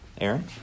Aaron